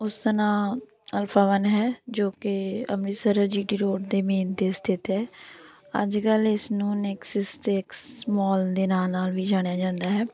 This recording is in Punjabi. ਉਸ ਦਾ ਨਾਮ ਅਲਫ਼ਾ ਵਨ ਹੈ ਜੋ ਕਿ ਅੰਮ੍ਰਿਤਸਰ ਜੀ ਟੀ ਰੋਡ ਦੇ ਮੇਨ 'ਤੇ ਸਥਿਤ ਹੈ ਅੱਜ ਕੱਲ੍ਹ ਇਸ ਨੂੰ ਨੈਕਸਸ ਤੇ ਐਕਸ ਮਾਲ ਦੇ ਨਾਮ ਨਾਲ ਵੀ ਜਾਣਿਆ ਜਾਂਦਾ ਹੈ